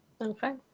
Okay